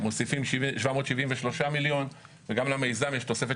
הם מוסיפים 773 מיליון וגם למיזם יש תוספת